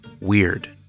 Weird